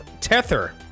tether